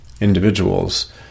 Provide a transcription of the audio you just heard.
individuals